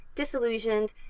disillusioned